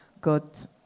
got